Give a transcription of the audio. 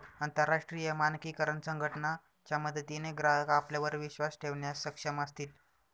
अंतरराष्ट्रीय मानकीकरण संघटना च्या मदतीने ग्राहक आपल्यावर विश्वास ठेवण्यास सक्षम असतील